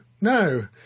no